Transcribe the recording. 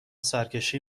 سرکشی